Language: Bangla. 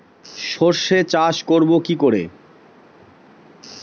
সর্ষে চাষ করব কি করে?